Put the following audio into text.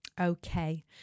Okay